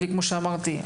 כמו שאמרתי,